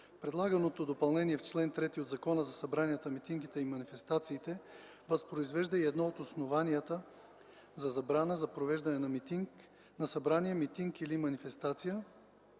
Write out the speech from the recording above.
Предлаганото допълнение в чл. 3 от Закона за събранията, митингите и манифестациите възпроизвежда и едно от основанията за забрана за провеждане на събрание, митинг или манифестация,